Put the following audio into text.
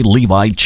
Levi